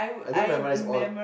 I don't memorise all